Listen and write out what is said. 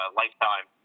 lifetime